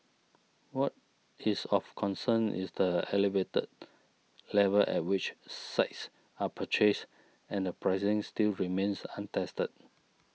what is of concern is the elevated level at which sites are purchased and the pricing still remains untested